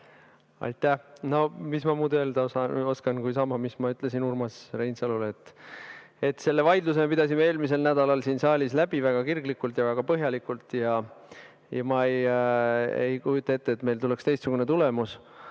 Aitäh! No mis ma muud öelda oskan kui sama, mis ma ütlesin Urmas Reinsalule. Selle vaidluse me pidasime eelmisel nädalal siin saalis väga kirglikult ja väga põhjalikult maha. Ma ei kujuta ette, et meil tuleks teistsugune tulemus